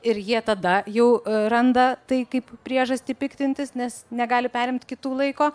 ir jie tada jau randa tai kaip priežastį piktintis nes negali perimt kitų laiko